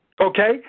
okay